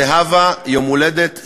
זהבה, יום הולדת שמח,